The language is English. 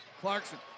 Clarkson